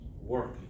working